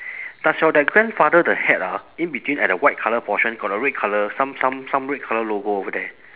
does your that grandfather the hat ah in between at the white colour portion got a red colour some some some red colour logo over there